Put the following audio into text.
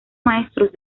maestros